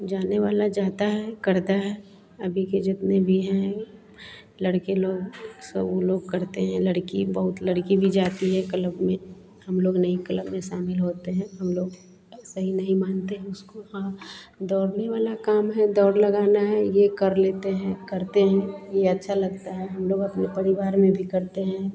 जाने वाला जाता है करता है अभी के जितने भी हैं लड़के लोग सब वह लोग करते हैं लड़की भी बहुत लड़की भी जाती है क्लब में हमलोग नहीं क्लब में शामिल होते हैं हमलोग सही नहीं मानते हैं उसको हाँ दौड़ने वाला काम है दौड़ लगाना है यह कर लेते हैं करते हैं यह अच्छा लगता है हमलोग अपने परिवार में भी करते हैं